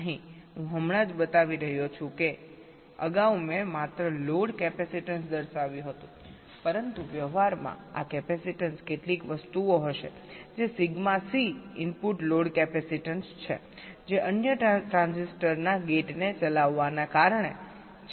અહીં હું હમણાં જ બતાવી રહ્યો છું કે અગાઉ મેં માત્ર લોડ કેપેસીટન્સ દર્શાવ્યું હતું પરંતુ વ્યવહારમાં આ કેપેસિટેન્સ કેટલીક વસ્તુઓ હશે જે sigma C input load capacitance છે જે અન્ય ટ્રાન્ઝિસ્ટરના ગેટને ચલાવવાને કારણે છે